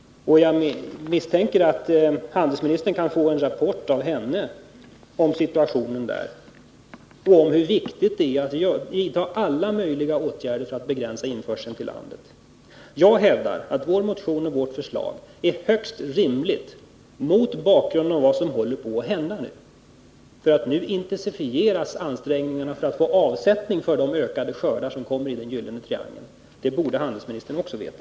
Jag misstänker att handelsministern kan få en rapport av henne om situationen där och om hur viktigt det är att vidta alla möjliga åtgärder för att begränsa införseln till landet. Jag hävdar att vårt förslag är högst rimligt mot bakgrunden av vad som håller på att hända, för nu intensifieras ansträngningarna att få avsättning för de ökade skördar som kommer i den ” gyllene triangeln”. Det borde handelsministern också veta.